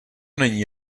není